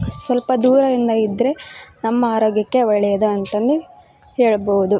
ಸ್ವಲ್ಪ ದೂರಯಿಂದ ಇದ್ದರೆ ನಮ್ಮ ಆರೋಗ್ಯಕ್ಕೆ ಒಳ್ಳೆಯದು ಅಂತಂದು ಹೇಳಬಹುದು